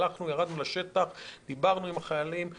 אלא ירדנו לשטח ודיברנו עם החיילים וכולי.